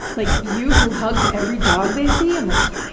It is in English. like, you, who hugs every dog they see? i'm like, yeah,